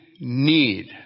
need